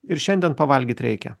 ir šiandien pavalgyt reikia